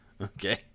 Okay